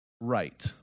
right